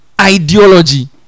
ideology